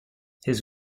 his